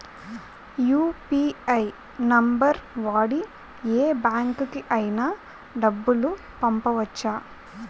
UPI number వాడి యే బ్యాంకుకి అయినా డబ్బులు పంపవచ్చ్చా?